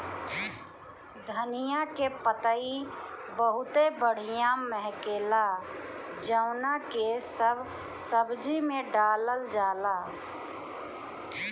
धनिया के पतइ बहुते बढ़िया महके ला जवना के सब सब्जी में डालल जाला